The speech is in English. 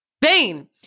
Bane